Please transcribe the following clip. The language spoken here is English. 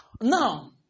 Now